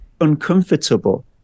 uncomfortable